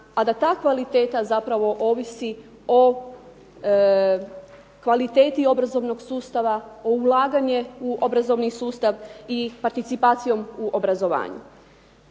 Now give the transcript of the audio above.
a da ta kvaliteta zapravo ovisi o kvaliteti obrazovnog sustava, o ulaganju u obrazovni sustav i participacijom u obrazovanju.